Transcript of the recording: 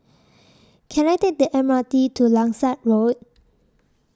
Can I Take The M R T to Langsat Road